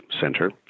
Center